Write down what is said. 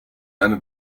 eine